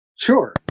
Sure